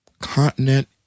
continent